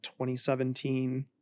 2017